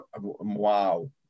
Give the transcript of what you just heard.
Wow